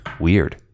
weird